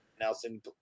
Nelson